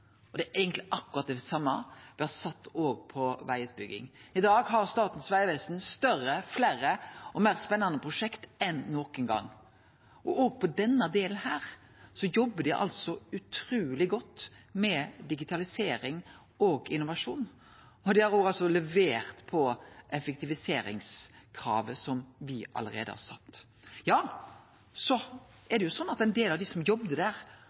det er eigentleg akkurat det same me har sett for vegutbygging. I dag har Statens vegvesen større, fleire og meir spennande prosjekt enn nokon gong. Også på denne delen jobbar dei utruleg godt med digitalisering og innovasjon, og dei har levert på effektiviseringskravet som me allereie har sett. Så er det jo slik at ein del av dei som jobba der,